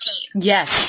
Yes